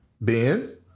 Ben